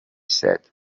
said